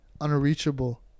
Unreachable